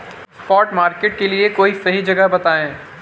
spot market के लिए कोई सही जगह बताएं